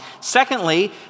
Secondly